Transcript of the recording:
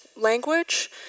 language